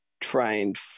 trained